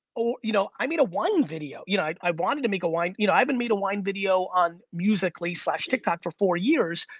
ah you know i mean a wine video, you know i wanted to make a wine. you know i haven't made a wine video on musicaly tik tok for four years,